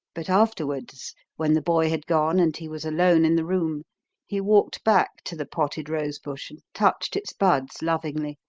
but afterwards when the boy had gone and he was alone in the room he walked back to the potted rose bush and touched its buds lovingly,